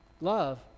Love